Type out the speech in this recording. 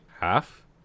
half